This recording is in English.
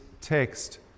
text